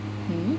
mm